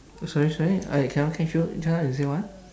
oh sorry sorry I cannot catch you just now you say what